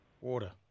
Water